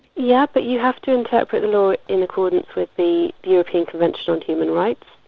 yeah but you have to interpret the law in accordance with the european convention on human rights,